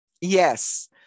yes